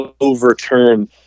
overturn